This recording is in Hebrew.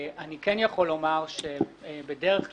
אני כן יכול לומר שבדרך כלל,